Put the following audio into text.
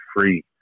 free